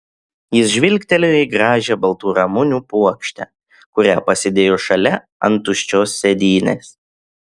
jis žvilgtelėjo į gražią baltų ramunių puokštę kurią pasidėjo šalia ant tuščios sėdynės